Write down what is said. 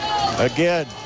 Again